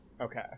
Okay